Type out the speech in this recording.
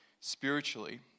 spiritually